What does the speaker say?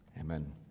Amen